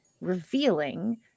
revealing